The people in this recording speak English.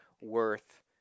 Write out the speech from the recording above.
worth